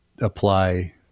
apply